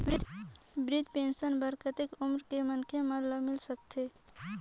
वृद्धा पेंशन बर कतेक उम्र के मनखे मन ल मिल सकथे?